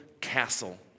castle